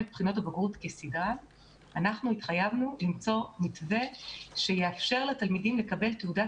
אנחנו התחייבנו למצוא מתווה שיאפשר לתלמידים לקבל תעודת